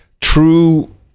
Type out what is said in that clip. true